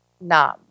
Nam